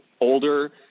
older